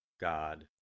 God